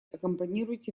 аккомпанируйте